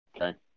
Okay